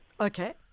Okay